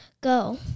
go